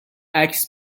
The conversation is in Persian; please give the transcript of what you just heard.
عکس